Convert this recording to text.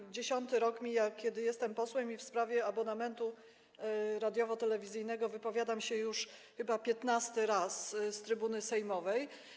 Mija 10. rok, kiedy jestem posłem, i w sprawie abonamentu radiowo-telewizyjnego wypowiadam się już chyba 15. raz z trybuny sejmowej.